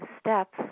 steps